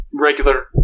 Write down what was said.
regular